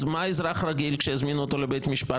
אז מה אזרח רגיל יגיד כשיזמינו אותו לבית משפט?